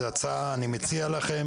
אני מציע לכם,